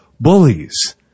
bullies